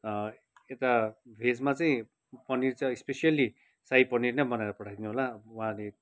यता भेजमा चाहिँ पनिर चाहिँ इस्पेयसल्ली साही पनिर नै बनाएर पठाइदिनु होला उहाँले